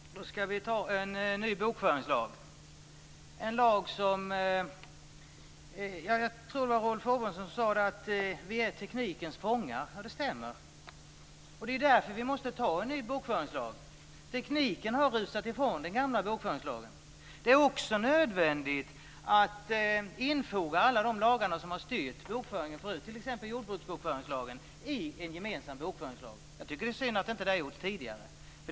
Fru talman! Då ska vi fatta beslut om en ny bokföringslag. Jag tror att det var Rolf Åbjörnsson som sade att vi är teknikens fångar. Det stämmer. Det är därför vi måste fatta beslut om en ny bokföringslag. Tekniken har rusat ifrån den gamla bokföringslagen. Det är också nödvändigt att infoga alla de lagar som har styrt bokföringen förut, t.ex. jordbruksbokföringslagen, i en gemensam bokföringslag. Jag tycker att det är synd att det inte har gjorts tidigare.